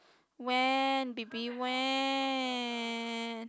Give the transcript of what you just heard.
when baby when